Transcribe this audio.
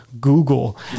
Google